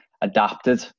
adapted